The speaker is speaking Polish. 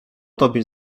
tobie